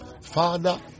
Father